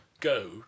go